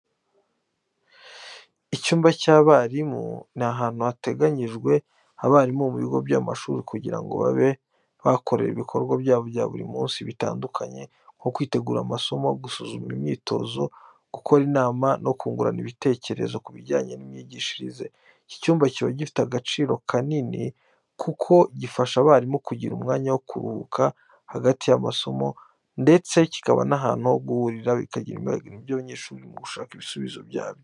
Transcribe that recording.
Icyumba cy’abarimu ni ahantu hateganyirijwe abarimu mu bigo by’amashuri kugira ngo babe bahakorere ibikorwa byabo bya buri munsi bitandukanye nko kwitegura amasomo, gusuzuma imyitozo, gukora inama no kungurana ibitekerezo ku bijyanye n’imyigishirize. Iki cyumba kiba gifite agaciro kanini kuko gifasha abarimu kugira umwanya wo kuruhuka hagati y’amasomo, ndetse kikaba n’ahantu ho guhurira bakaganira ku bibazo by’abanyeshuri no gushaka ibisubizo byabyo.